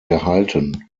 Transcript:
gehalten